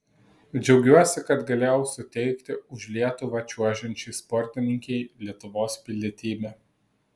džiaugiuosi kad galėjau suteikti už lietuvą čiuožiančiai sportininkei lietuvos pilietybę